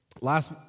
Last